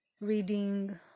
reading